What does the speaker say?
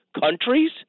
countries